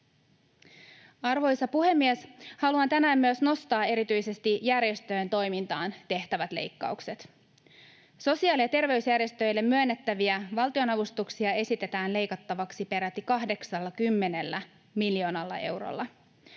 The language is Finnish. Arvoisa puhemies! Haluan tänään myös nostaa erityisesti järjestöjen toimintaan tehtävät leikkaukset. Sosiaali- ja terveysjärjestöille myönnettäviä valtionavustuksia esitetään leikattavaksi peräti 80 miljoonalla eurolla.